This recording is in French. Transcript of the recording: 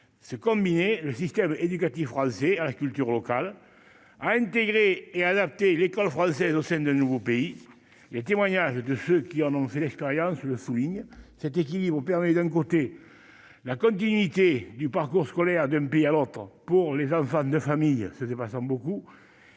se combiner le système éducatif à la culture locale a intégré et adapter l'école française au sein de nouveaux pays, les témoignages de ceux qui en c'est l'expérience le souligne cette et qui ont permis, d'un côté, la continuité du parcours scolaire d'un pays à l'autre pour les enfants de familles ce par exemple beaucoup